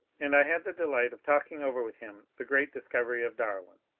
and i had the delight of talking over with him the great discovery of darwin.